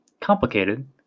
Complicated